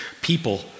people